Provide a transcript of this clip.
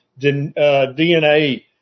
DNA